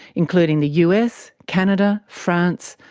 including the us, canada, france,